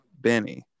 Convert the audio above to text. Benny